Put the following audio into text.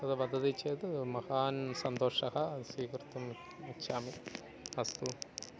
तद् वदति चेत् महान् सन्तोषः स्वीकर्तुम् इच्छामि अस्तु